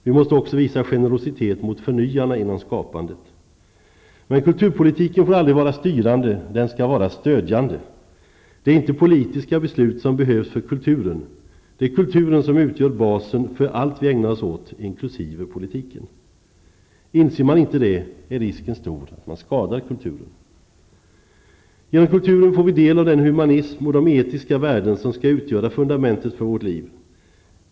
Vi måste också visa generositet mot förnyarna inom skapandet. Men kulturpolitiken får aldrig vara styrande. Den skall vara stödjande. Det är inte politiska beslut som behövs för kulturen -- det är kulturen som utgör basen för allt vi ägnar oss åt, inkl. politiken. Inser man inte det är risken stor att man skadar kulturen. Genom kulturen får vi del av den humanism och de etiska värden som skall utgöra fundamentet för vårt liv.